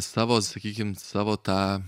savo sakykim savo tą